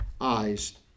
eyes